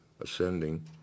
ascending